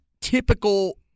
typical